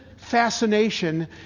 Fascination